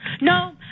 No